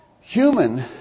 Human